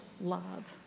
love